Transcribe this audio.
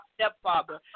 stepfather